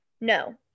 No